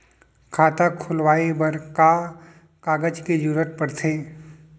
खाता खोलवाये बर का का कागज के जरूरत पड़थे?